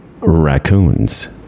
Raccoons